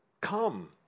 Come